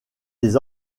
des